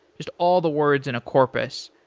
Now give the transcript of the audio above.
just all the words in a corpus,